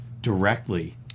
directly